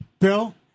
Bill